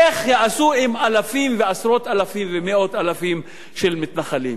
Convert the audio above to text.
איך יעשו עם אלפים ועשרות אלפים ומאות אלפים של מתנחלים?